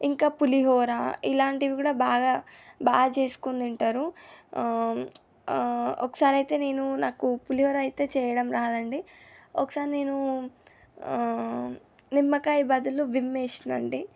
ఇంకా పులిహోర ఇలాంటివి కూడా బాగా బాగా చేసుకొని తింటారు ఒకసారి అయితే నేను నాకు పులిహోర అయితే చెయ్యడం రాదండి ఒకసారి నేను నిమ్మకాయ బదులు విమ్ వేసినా అండి